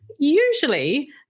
usually